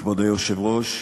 כבוד היושב-ראש,